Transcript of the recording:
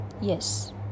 Yes